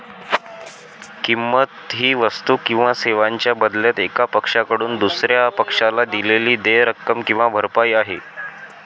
किंमत ही वस्तू किंवा सेवांच्या बदल्यात एका पक्षाकडून दुसर्या पक्षाला दिलेली देय रक्कम किंवा भरपाई आहे